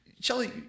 Shelly